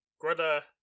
Greta